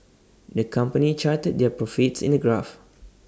the company charted their profits in A graph